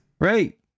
Right